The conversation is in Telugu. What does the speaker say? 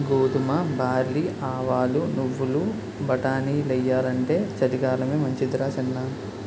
గోధుమ, బార్లీ, ఆవాలు, నువ్వులు, బటానీలెయ్యాలంటే చలికాలమే మంచిదరా సిన్నా